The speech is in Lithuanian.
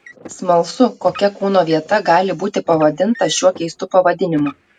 smalsu kokia kūno vieta gali būti pavadinta šiuo keistu pavadinimu